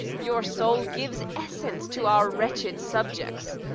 your soul gives essence to our wretched subjects,